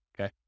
Okay